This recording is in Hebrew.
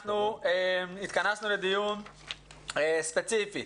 אנחנו התכנסנו לדיון ספציפי